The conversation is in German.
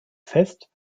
fest